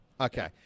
Okay